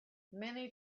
many